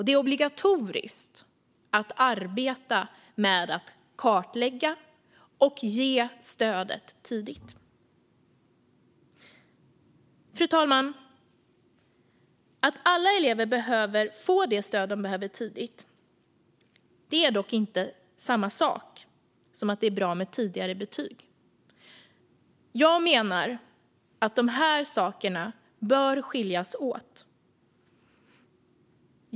Det är obligatoriskt att arbeta med att kartlägga och att ge stödet tidigt. Fru talman! Att alla elever behöver få det stöd de behöver tidigt är dock inte samma sak som att det är bra med tidigare betyg. Jag menar att dessa saker bör skiljas åt.